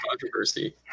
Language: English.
controversy